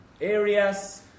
areas